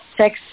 sex